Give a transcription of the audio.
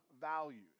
values